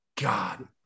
God